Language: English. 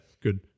good